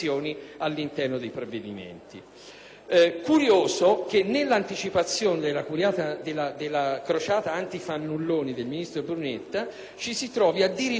curioso che, nell'anticipazione della crociata antifannulloni del ministro Brunetta, si trovi addirittura, all'articolo 10,